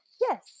Yes